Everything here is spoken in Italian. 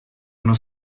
uno